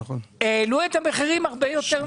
עדיין אנחנו נתקלים באתגרים מאוד קשים.